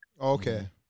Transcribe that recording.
Okay